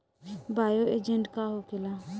Bio agent का होखेला?